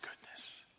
goodness